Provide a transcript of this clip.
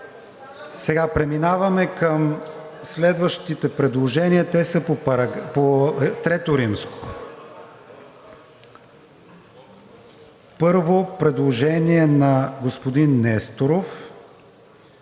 Преминаваме към следващите предложения. Те са по III. Първо предложение на господин Несторов: